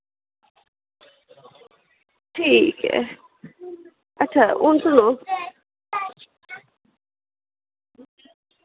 ठीक ऐ अच्छा हून सुनो